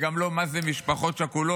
וגם לא מה זה משפחות שכולות,